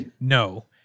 no